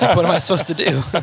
what am i supposed to do?